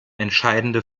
entscheidende